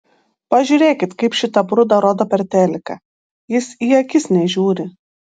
pažiūrėkit kaip šitą brudą rodo per teliką jis į akis nežiūri